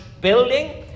building